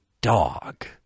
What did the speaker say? dog